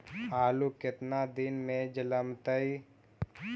आलू केतना दिन में जलमतइ?